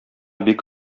бик